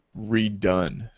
redone